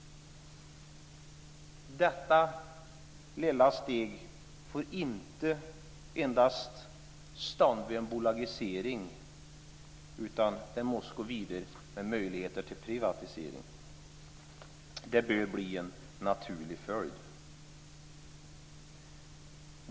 Detta lilla steg får inte stanna vid endast en bolagisering. Att gå vidare med möjligheter till privatisering bör bli en naturlig följd.